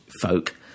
folk